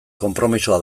konpromisoa